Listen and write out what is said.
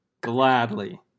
Gladly